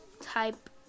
type